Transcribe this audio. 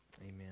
Amen